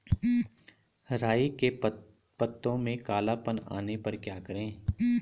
राई के पत्तों में काला पन आने पर क्या करें?